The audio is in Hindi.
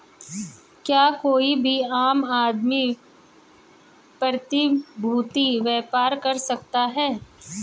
क्या कोई भी आम आदमी प्रतिभूती व्यापार कर सकता है?